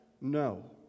No